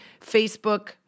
Facebook